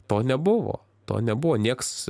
to nebuvo to nebuvo nieks